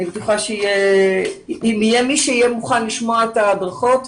אני בטוחה שאם יהיה מישהו שמוכן לשמוע את ההדרכות,